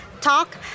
Talk